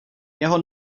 jeho